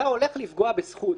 אתה הולך לפגוע בזכות,